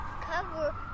cover